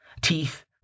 teeth